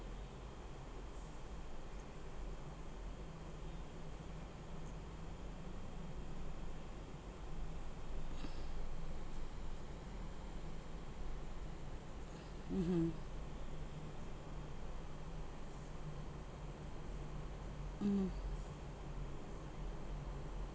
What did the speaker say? mmhmm mm